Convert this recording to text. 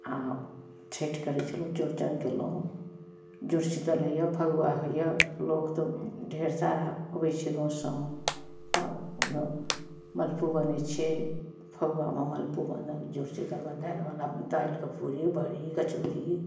आ छठि करै छलहुॅं चौड़चन केलहुॅं हँ जुड़शीतल होइया फगुआ होइया लोकसब ढेर सारा अबै छै गाँव सबमे पाबनि केलहुॅं मलपुआ बनै छै फगुआमे मलपुआ बनल जो दालिबला दालिके पूड़ी बड़ी कचौड़ी